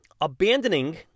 abandoning